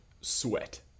sweat